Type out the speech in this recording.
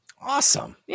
awesome